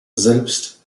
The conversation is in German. selbst